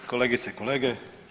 Kolegice i kolege.